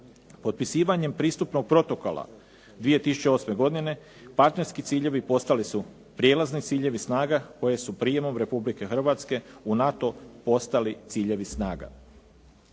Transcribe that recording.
Potpisivanjem pristupnog protokola 2008. godine, partnerski ciljevi postali su prijelazni ciljevi snaga koje su prijemom Republike Hrvatske u NATO postali ciljevi snaga.